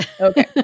Okay